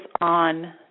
on